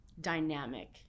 dynamic